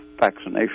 vaccination